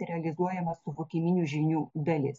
realizuojama suvokiminių žinių dalis